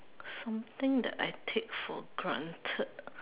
something that I take for granted